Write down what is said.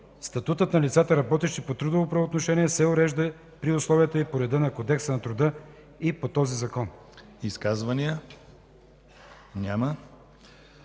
Статутът на лицата, работещи по трудово правоотношение, се урежда при условията и по реда на Кодекса на труда и на този закон.”